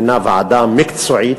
מינתה ועדה מקצועית,